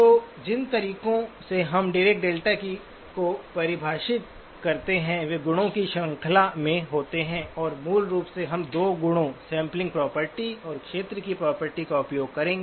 तो जिन तरीकों से हम डीरेक डेल्टा को परिभाषित करते हैं वे गुणों की श्रृंखला के होते हैं और मूल रूप से हम 2 गुणों सैंपलिंग प्रॉपर्टी और क्षेत्र की प्रॉपर्टी का उपयोग करेंगे